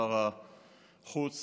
שר החוץ